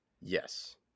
Yes